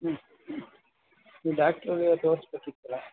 ಹ್ಞೂ ನೀವು ಡಾಕ್ಟ್ರಲ್ಲಿ ತೋರಿಸ್ಬೇಕಿತ್ತಲ್ಲ